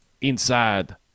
Inside